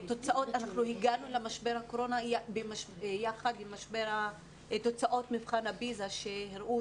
אנחנו הגענו למשבר הקורונה יחד עם תוצאות מבחן הפיז"ה שהראו